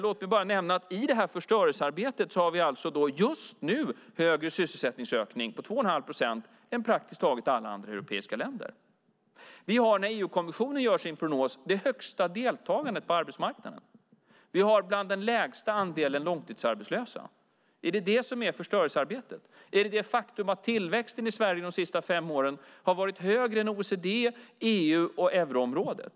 Låt mig bara nämna att vi i det här förstörelsearbetet just nu har en högre sysselsättningsökning, 2 1⁄2 procent, än praktiskt taget alla andra europeiska länder. När EU-kommissionen gör sin prognos har vi det högsta deltagandet på arbetsmarknaden. Vår andel långtidsarbetslösa är bland de lägsta. Är det detta som är förstörelsearbetet? Är förstörelsearbetet det faktum att tillväxten i Sverige under de senaste fem åren har varit högre än i OECD, EU och eurområdet?